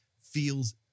feels